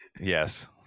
yes